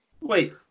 Wait